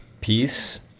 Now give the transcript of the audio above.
Peace